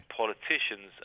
politicians